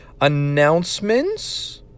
announcements